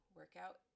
workout